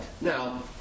now